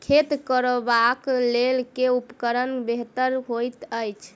खेत कोरबाक लेल केँ उपकरण बेहतर होइत अछि?